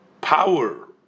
power